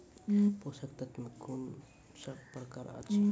पोसक तत्व मे कून सब प्रकार अछि?